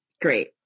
Great